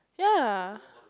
yeah